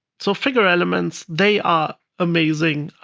so figure elements they are amazing.